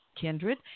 Kindred